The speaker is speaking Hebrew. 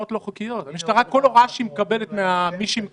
כל הוראה שהמשטרה מקבלת ממי שהיא מקבלת,